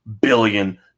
billion